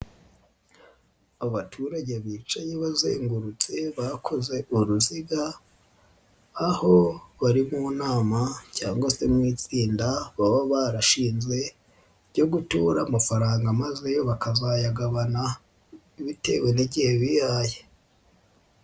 Abaturage bicaye bazengurutse bakoze uruziga aho bari mu nama cyangwa se mu itsinda baba barashinze ryo gutura amafaranga maze yo bakazayagabana bitewe n'igihe bihaye.